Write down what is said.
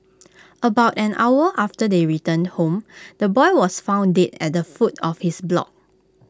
about an hour after they returned home the boy was found dead at the foot of his block